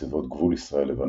בסביבות גבול ישראל–לבנון,